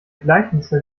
gleichnisse